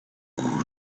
who